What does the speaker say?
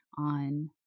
on